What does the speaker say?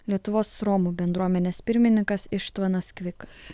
lietuvos romų bendruomenės pirmininkas ištvanas kvikas